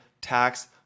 tax